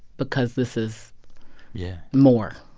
because this is yeah more.